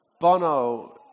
Bono